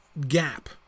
gap